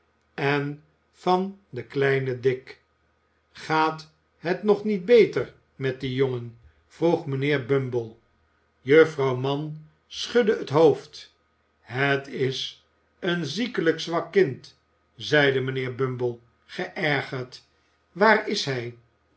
en van den kleinen dick gaat het nog niet beter met dien jongen vroeg mijnheer bumble juffrouw mann schudde het hoofd het is een ziekelijk zwak kind zeide mijnheer bumble geërgerd waar is hij